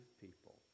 people